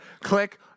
Click